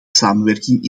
samenwerking